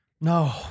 no